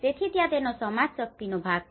તેથી ત્યાં તેનો સમજશક્તિનો ભાગ છે